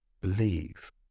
believe